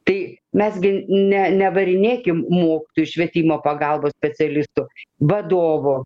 tai mes gi ne nevarinėkim mokytojų švietimo pagalbos specialistų vadovų